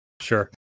Sure